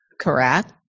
correct